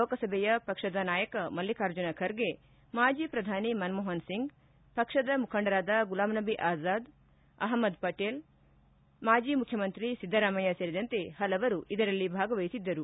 ಲೋಕಸಭೆಯ ಪಕ್ಷದ ನಾಯಕ ಮಲ್ಲಿಕಾರ್ಜುನ ಖರ್ಗೆ ಮಾಜಿ ಶ್ರಧಾನಿ ಮನಮೋಹನ್ ಸಿಂಗ್ ಪಕ್ಷದ ಮುಖಂಡರಾದ ಗುಲಾಂ ನಬಿ ಆಜಾದ್ ಅಹಮದ್ ಪಟೇಲ್ ಮಾಜಿ ಮುಖ್ಯಮಂತ್ರಿ ಸಿದ್ದರಾಮಯ್ಯ ಸೇರಿದಂತೆ ಹಲವರು ಇದರಲ್ಲಿ ಭಾಗವಹಿಸಿದ್ದರು